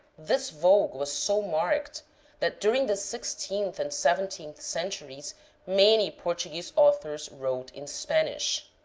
this vogue was so marked that during the sixteenth and seventeenth centuries many portu guese authors wrote in spanish.